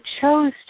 chose